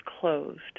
closed